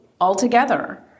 altogether